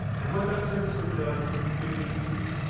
and what that service worker does is completely up to you.